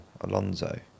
Alonso